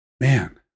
Man